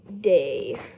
day